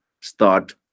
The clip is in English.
start